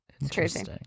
Interesting